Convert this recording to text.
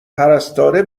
پرستاره